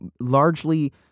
largely